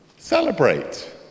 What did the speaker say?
celebrate